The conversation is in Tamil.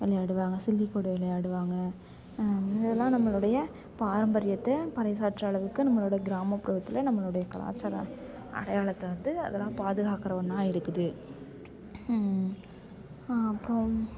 விளையாடுவாங்க சில்லிக்கோடு விளையாடுவாங்க இதெலாம் நம்மளுடைய பாரம்பரியத்தை பறைச்சாற்றும் அளவுக்கு நம்மளோடய கிராமப்புறத்தில் நம்மளுடைய கலாச்சாரம் அடையாளத்தை வந்து அதெலாம் பாதுகாக்குற ஒன்றா இருக்குது அப்புறோம்